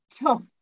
tough